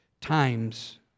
times